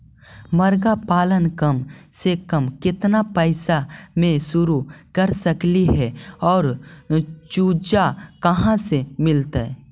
मरगा पालन कम से कम केतना पैसा में शुरू कर सकली हे और चुजा कहा से मिलतै?